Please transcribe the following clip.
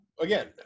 again